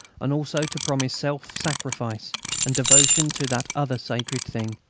and also to promise self-sacrifice and devotion to that other sacred thing,